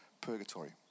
purgatory